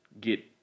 get